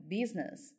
business